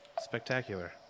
spectacular